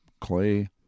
clay